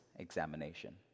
Examination